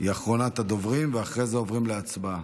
היא אחרונת הדוברים, ואחרי זה עוברים להצבעה.